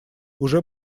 уже